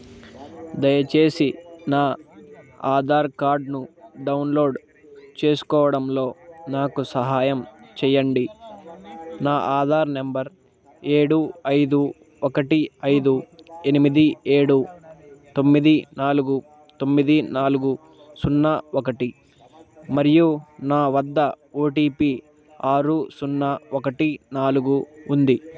దయచేసి నా ఆధార్ కార్డ్ను డౌన్లోడ్ చేసుకోవడంలో నాకు సహాయం చేయండి నా ఆధార్ నెంబర్ ఏడు ఐదు ఒకటి ఐదు ఎనిమిది ఏడు తొమ్మిది నాలుగు తొమ్మిది నాలుగు సున్నా ఒకటి మరియు నా వద్ద ఓ టీ పీ ఆరు సున్నా ఒకటి నాలుగు ఉంది